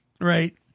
right